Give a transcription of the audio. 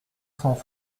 cent